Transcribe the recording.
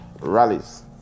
rallies